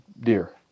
deer